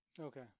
Okay